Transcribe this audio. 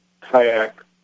kayak